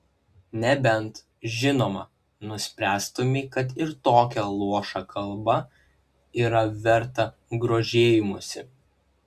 nebent žinoma nuspręstumei kad ir tokia luoša kalba yra verta grožėjimosi